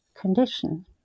condition